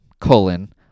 colon